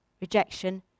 rejection